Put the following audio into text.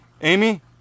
Amy